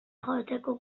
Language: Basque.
joateko